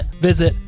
visit